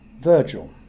Virgil